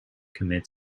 commit